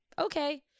okay